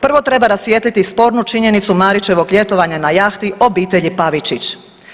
Prvo treba rasvijetliti spornu činjenicu Marićevog ljetovanja na jahti obitelji Pavičić.